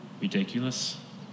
ridiculous